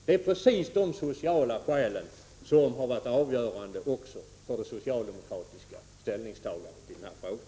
Det är just de sociala skälen som har varit avgörande för det socialdemokratiska ställningstagandet i denna fråga.